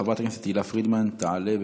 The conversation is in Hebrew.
חברת הכנסת תהלה פרידמן תעלה ותבוא.